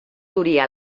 duria